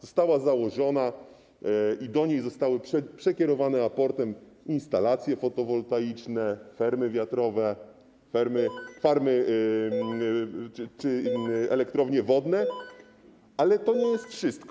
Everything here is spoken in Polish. Została założona i do niej zostały przekierowane raportem instalacje fotowoltaiczne, farmy wiatrowe, farmy czy elektrownie wodne, ale to nie wszystko.